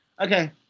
Okay